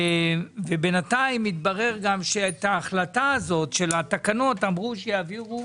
ובינתיים מתברר גם שאת ההחלטה הזאת של התקנות אמרו שיעבירו